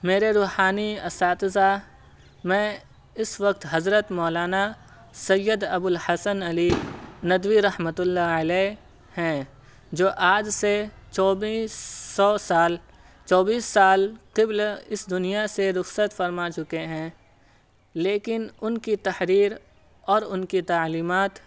میرے روحانی اساتذہ میں اس وقت حضرت مولانا سید ابوالحسن علی ندوی رحمۃ اللہ علیہ ہیں جو آج سے چوبیس سو سال چوبیس سال قبل اس دنیا سے رخصت فرما چکے ہیں لیکن ان کی تحریر اور ان کی تعلیمات